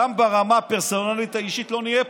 גם ברמה הפרסונלית האישית לא נהיה פה.